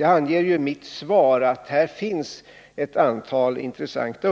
Jag anger ju i mitt svar att här finns några intressanta